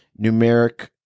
numeric